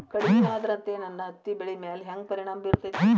ಕಡಮಿ ಆದ್ರತೆ ನನ್ನ ಹತ್ತಿ ಬೆಳಿ ಮ್ಯಾಲ್ ಹೆಂಗ್ ಪರಿಣಾಮ ಬಿರತೇತಿ?